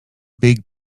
big